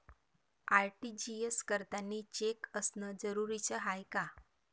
RTGS करतांनी cheque असनं जरुरीच हाय का?